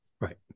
Right